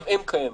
גם הם קיימים.